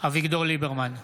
אביגדור ליברמן,